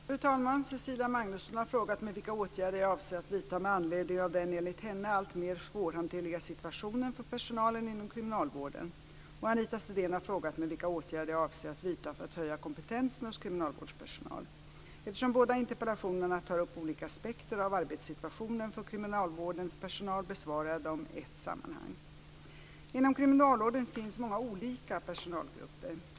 Fru talman! Cecilia Magnusson har frågat mig vilka åtgärder jag avser att vidta med anledning av den, enligt henne, alltmer svårhanterliga situationen för personalen inom kriminalvården och Anita Sidén har frågat mig vilka åtgärder jag avser att vidta för att höja kompetensen hos kriminalvårdens personal. Eftersom båda interpellationerna tar upp olika aspekter av arbetssituationen för kriminalvårdens personal besvarar jag dem i ett sammanhang. Inom kriminalvården finns många olika personalgrupper.